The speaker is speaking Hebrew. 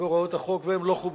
בהוראות החוק, והם לא חוברו.